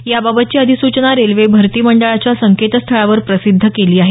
याबाबतची अधिसूचना रेल्वे भरती मंडळाच्या संकेतस्थळावर प्रसिद्ध केली आहे